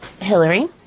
Hillary